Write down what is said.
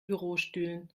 bürostühlen